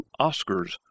Oscars